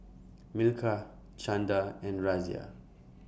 Milkha Chanda and Razia